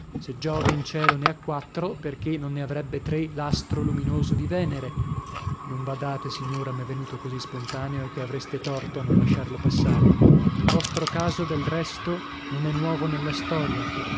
se giove in cielo ne ha quattro perchè non ne avrebbe tre l'astro luminoso di venere non badate signora m'è venuto così spontaneo che avreste torto a non lasciarlo passare il vostro caso del resto non è nuovo nella storia